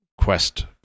quest